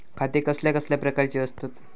खाते कसल्या कसल्या प्रकारची असतत?